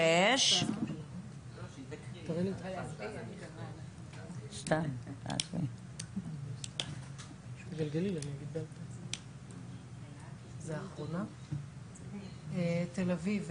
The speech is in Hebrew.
6. תל אביב,